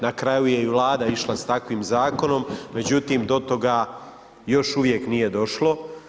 Na kraju je i Vlada išla s takvim zakonom, međutim do toga još uvijek nije došlo.